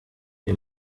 wir